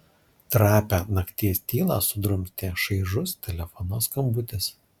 trapią nakties tylą sudrumstė šaižus telefono skambutis